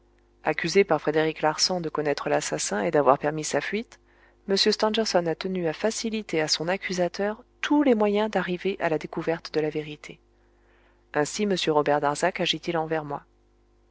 accusé par frédéric larsan de connaître l'assassin et d'avoir permis sa fuite m stangerson a tenu à faciliter à son accusateur tous les moyens d'arriver à la découverte de la vérité ainsi m robert darzac agit il envers moi